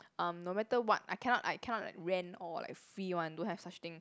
um no matter what I cannot I cannot like rent or like free one don't have such thing